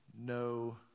no